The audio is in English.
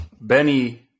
Benny